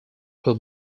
who